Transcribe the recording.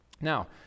Now